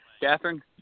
Catherine